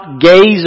gaze